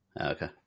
Okay